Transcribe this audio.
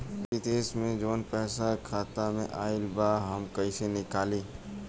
विदेश से जवन पैसा खाता में आईल बा हम कईसे निकाली?